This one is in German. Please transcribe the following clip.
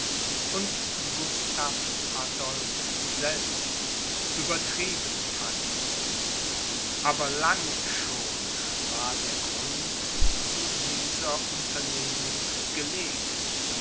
und gustav adolph selbst übertrieben fand aber lange schon war der grund zu dieser unternehmung gelegt